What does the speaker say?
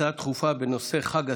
הצעות דחופות בנושא: חג הסיגד,